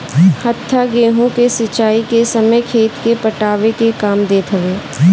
हत्था गेंहू के सिंचाई के समय खेत के पटावे के काम देत हवे